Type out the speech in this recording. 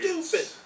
Stupid